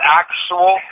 actual